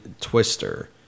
Twister